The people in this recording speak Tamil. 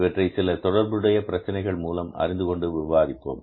இவற்றை சில தொடர்புடைய பிரச்சினைகள் மூலம் அறிந்துகொண்டு விவாதிப்போம்